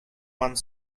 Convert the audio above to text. one